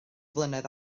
flynedd